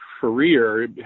career